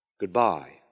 goodbye